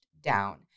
down